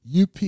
UP